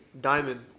Diamond